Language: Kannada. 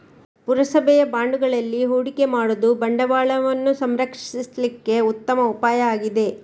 ಪುರಸಭೆಯ ಬಾಂಡುಗಳಲ್ಲಿ ಹೂಡಿಕೆ ಮಾಡುದು ಬಂಡವಾಳವನ್ನ ಸಂರಕ್ಷಿಸ್ಲಿಕ್ಕೆ ಉತ್ತಮ ಉಪಾಯ ಆಗಿದೆ